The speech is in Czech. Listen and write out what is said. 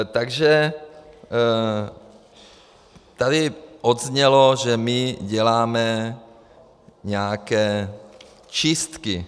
Takže tady zaznělo, že my děláme nějaké čistky.